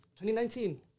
2019